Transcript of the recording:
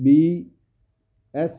B S